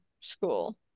school